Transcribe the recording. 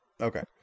okay